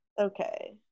okay